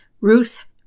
Ruth